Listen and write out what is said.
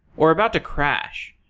or about to crash.